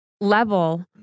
level